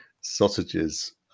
sausages